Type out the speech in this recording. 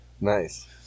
Nice